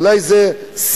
אולי זה שיא,